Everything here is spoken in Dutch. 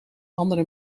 andere